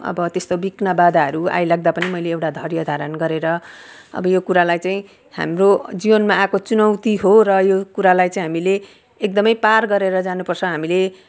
अब त्यस्तो विघ्न बाधाहरू आइलाग्दा पनि मैले एउटा धैर्य धारण गरेर अब यो कुरालाई चाहिँ हाम्रो जीवनमा आएको चुनौती हो र यो कुरालाई चाहिँ हामीले एकदम पार गरेर जानु पर्छ हामीले